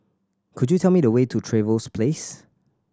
could you tell me the way to Trevose Place